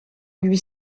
lui